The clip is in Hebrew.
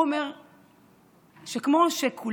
ואומר את הדבר הבא: כמו שכולנו,